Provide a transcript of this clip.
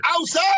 outside